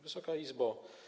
Wysoka Izbo!